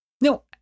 No